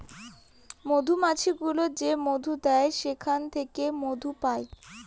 মধুমাছি গুলো যে মধু দেয় সেখান থেকে মধু পায়